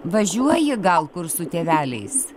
važiuoji gal kur su tėveliais